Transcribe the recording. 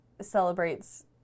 celebrates